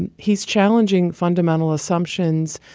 and he's challenging fundamental assumptions